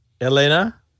Elena